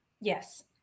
Yes